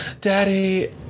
Daddy